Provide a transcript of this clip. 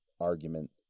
argument